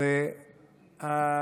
הגמרא שואלת.